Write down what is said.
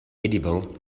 edible